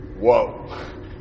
Whoa